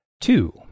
Two